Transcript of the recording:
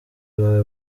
bawe